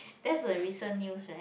that's a recent news right